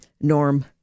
Norm